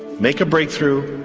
make a breakthrough,